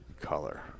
color